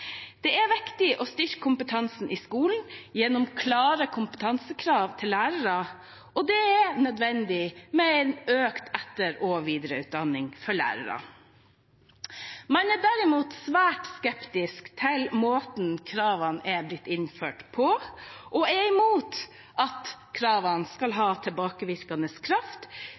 det er viktig å styrke kompetansen i skolen gjennom klare kompetansekrav til lærerne, og det er nødvendig med økt etter- og videreutdanning for lærere. Man er derimot svært skeptisk til måten kravene er blitt innført på, og er imot at kravene skal ha tilbakevirkende kraft,